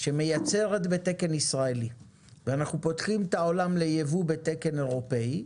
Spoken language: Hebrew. שמייצרת בתקן ישראלי ואנחנו פותחים את העולם ליבוא בתקן אירופאי,